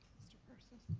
mr. persis?